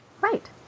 Right